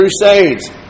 crusades